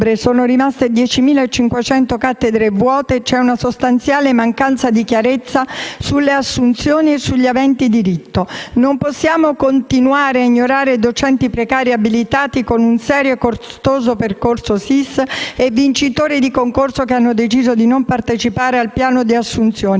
sono rimaste 10.500 cattedre vuote e c'è una sostanziale mancanza di chiarezza sulle assunzioni e sugli aventi diritto. Non possiamo continuare a ignorare docenti precari abilitati con un serio e costoso percorso SSIS e vincitori di concorso che hanno deciso di non partecipare al piano di assunzioni